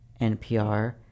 NPR